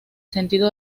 sentido